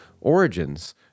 origins